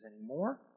anymore